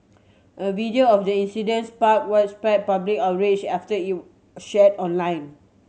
a video of the incident spark widespread public outrage after it were share online